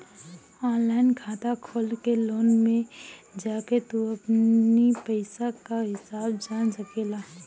online खाता खोल के लोन में जाके तू अपनी पईसा कअ हिसाब जान सकेला